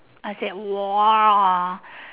I said !wah!